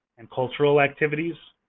and cultural activities.